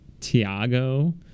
Tiago